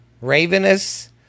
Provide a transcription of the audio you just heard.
Ravenous